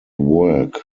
work